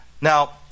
Now